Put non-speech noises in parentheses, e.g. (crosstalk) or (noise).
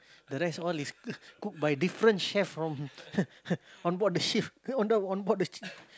the rest all is (laughs) cooked by different chef from (laughs) onboard the shift (laughs) on the onboard the ship